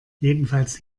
jedenfalls